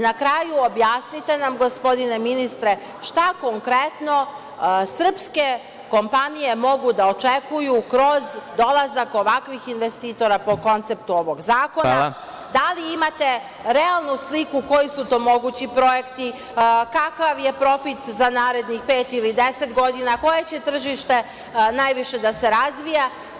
Na kraju, objasnite nam, gospodine ministre, šta konkretno srpske kompanije mogu da očekuju kroz dolazak ovakvih investitora po konceptu ovog zakona, da li imate realnu sliku koji su to mogući projekti, kakav je profit za narednih pet ili deset godina, koje će tržište najviše da se razvija.